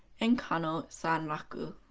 and kano sanraku.